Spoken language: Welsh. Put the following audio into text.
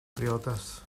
briodas